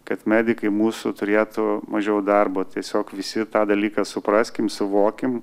kad medikai mūsų turėtų mažiau darbo tiesiog visi tą dalyką supraskim suvokiam